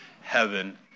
heaven